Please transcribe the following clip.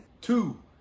Two